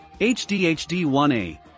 HDHD1A